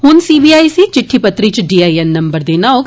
ह्न CBIC चिट्ठी पत्री इच डीआईएन नम्बर देना होग